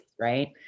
right